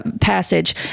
passage